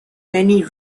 many